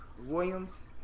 Williams